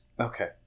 okay